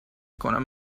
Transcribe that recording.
کنم